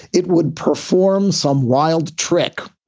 it would perform some wild trick